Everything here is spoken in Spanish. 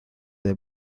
the